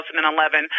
2011